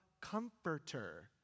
comforter